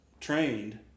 trained